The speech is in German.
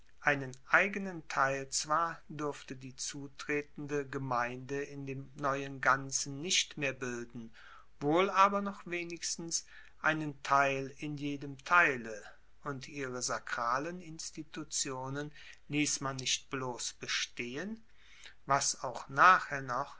einen eigenen teil zwar durfte die zutretende gemeinde in dem neuen ganzen nicht mehr bilden wohl aber noch wenigstens einen teil in jedem teile und ihre sakralen institutionen liess man nicht bloss bestehen was auch nachher noch